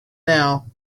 now